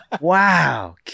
wow